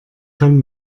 kann